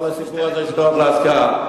כל הסיפור הזה של דירות להשכרה.